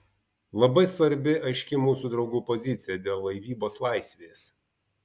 labai svarbi aiški mūsų draugų pozicija dėl laivybos laisvės